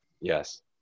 Yes